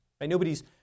Nobody's